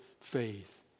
faith